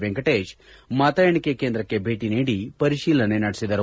ವೆಂಕಟೇಶ್ ಮತ ಎಣಿಕೆ ಕೇಂದ್ರಕ್ಕೆ ಭೇಟ ನೀಡಿ ಪರಿಶೀಲನೆ ನಡೆಸಿದರು